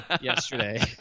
yesterday